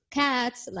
cats